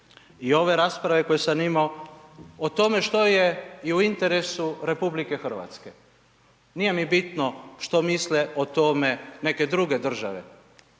i ove rasprave koju sam imao, o tome što je i u interesu RH. Nije mi bitno što misle o tome neke druge države,